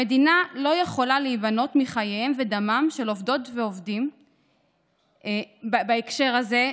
המדינה לא יכולה להיבנות מחייהם ודמם של עובדות ועובדים בהקשר הזה,